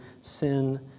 sin